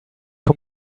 for